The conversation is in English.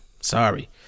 Sorry